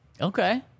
Okay